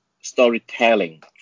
storytelling